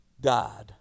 died